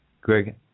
Greg